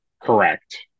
Correct